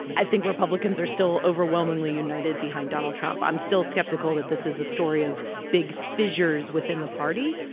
i think republicans are still overwhelmingly united behind donald trump. i'm still skeptical that this is a story of big fissures within the party.